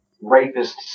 rapist